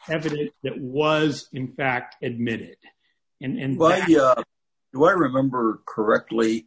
have to that was in fact admitted in but what remember correctly